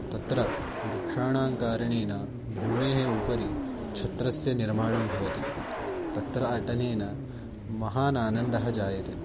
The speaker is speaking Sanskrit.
तत्र वृक्षाणां कारणेन भूमेः उपरि छत्रस्य निर्माणं भवति तत्र अटनेन महान् आनन्दं जायते